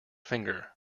finger